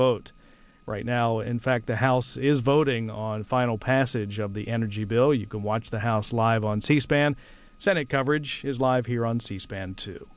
vote right now in fact the house is voting on final passage of the energy bill you can watch the house live on c span senate coverage is live here on c span t